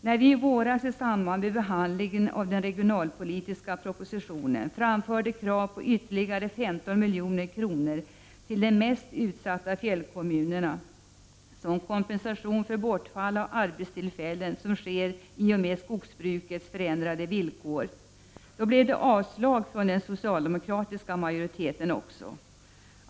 När vi i våras i samband med behandlingen av den regionalpolitiska propositionen framförde krav på ytterligare 15 milj.kr. till de mest utsatta fjällkommunerna som kompensation för bortfall av arbetstillfällen beroende på skogsbrukets förändrade villkor, yrkade den socialdemokratiska majoriteten på avslag.